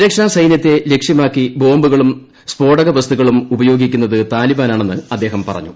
സുരക്ഷ സൈനൃത്തെ ലക്ഷ്യമാക്കി ബോംബുകളും സ്ഫോടകവസ്തുക്കളും ഉപയോഗിക്കുന്നത് താലിബാനാണെന്ന് അദ്ദേഹം പറഞ്ഞു